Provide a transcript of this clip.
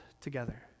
together